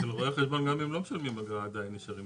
אצל רואי חשבון גם אם לא משלמים אגרה עדיין נשארים.